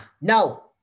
no